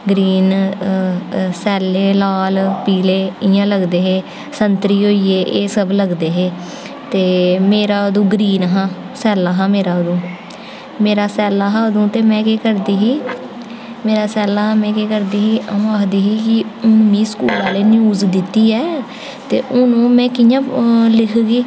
green सैल्ले लाल पीला इ'यां लगदे हे संतरी होइये एह् सब लगदे हे ते मेरा अदूं ग्रीन हा सैल्ला हा मेरा अदूं मेरा सैल्ला हा अदूं ते में केह् करदी ही मेरी सैल्ला हा में केह् करदी ही अ'ऊं आखदी ही कि हून मिगी स्कूल आह्लें न्यूज़ दित्ती ऐ ते हून ओह् में कि'यां लिखगी